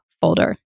folder